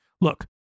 Look